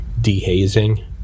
dehazing